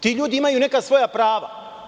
Ti ljudi imaju neka svoja prava.